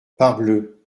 parbleu